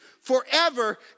forever